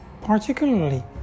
particularly